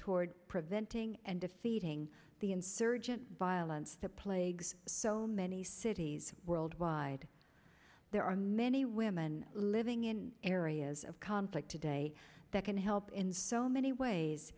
toward preventing and defeating the insurgent violence that plagues so many cities worldwide there are many women living in areas of conflict today that can help in so many ways